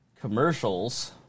commercials